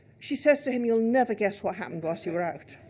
she says to him you'll never guess what happened whilst you were out.